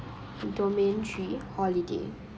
domain three holiday